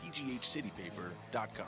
pghcitypaper.com